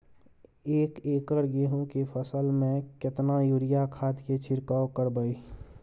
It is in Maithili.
एक एकर गेहूँ के फसल में केतना यूरिया खाद के छिरकाव करबैई?